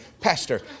Pastor